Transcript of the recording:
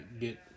get